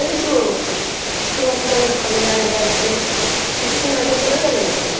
ওই তো সুভাষগ্রামের খগেন রায়ের বাড়িতে কিছু দিন আগে করে গেলেন তো